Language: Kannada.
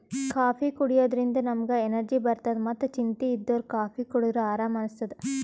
ಕಾಫೀ ಕುಡ್ಯದ್ರಿನ್ದ ನಮ್ಗ್ ಎನರ್ಜಿ ಬರ್ತದ್ ಮತ್ತ್ ಚಿಂತಿ ಇದ್ದೋರ್ ಕಾಫೀ ಕುಡದ್ರ್ ಆರಾಮ್ ಅನಸ್ತದ್